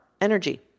energy